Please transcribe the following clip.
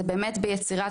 זה באמת ביצירה,